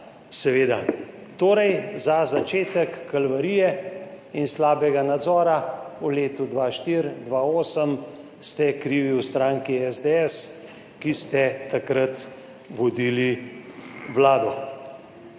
seveda. Torej, za začetek kalvarije in slabega nadzora v letih 2004–2008 ste krivi v stranki SDS, ki ste takrat vodili vlado.